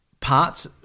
parts